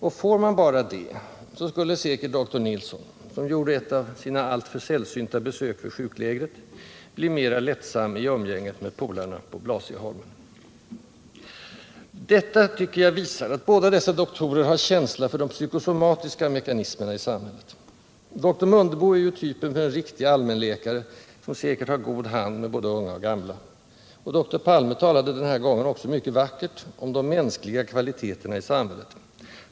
Och får man bara det, så skulle säkert doktor Nilsson, som gjorde ett av sina alltför sällsynta besök vid sjuklägret, bli mera lättsam i umgänget med polarna på Blasieholmen. Detta tycker jag visar att båda dessa doktorer har känsla för de psykosomatiska mekanismerna i samhället. Doktor Mundebo är ju typen för en riktig allmänläkare, som säkert har god hand med både unga och gamla, och doktor Palme talade den här gången också mycket vackert om de mänskliga kvaliteterna i samhället.